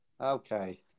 Okay